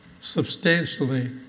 substantially